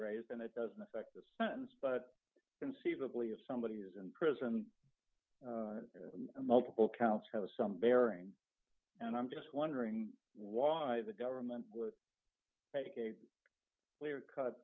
raised and it doesn't affect the sentence but conceivably if somebody is in prison and multiple counts have some bearing and i'm just wondering why the government would take a clear cut